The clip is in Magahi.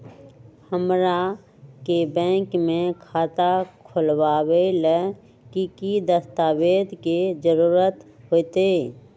हमरा के बैंक में खाता खोलबाबे ला की की दस्तावेज के जरूरत होतई?